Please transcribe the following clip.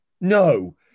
no